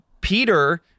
Peter